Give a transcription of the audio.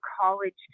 college